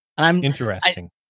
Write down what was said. Interesting